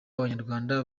abanyarwanda